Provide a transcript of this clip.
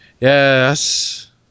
Yes